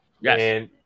Yes